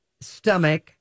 stomach